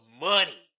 money